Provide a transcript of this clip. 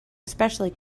especially